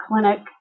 clinic